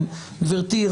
כן, גברתי.